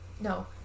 No